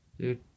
Dude